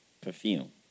perfume